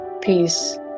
peace